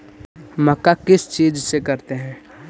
मक्का किस चीज से करते हैं?